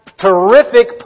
terrific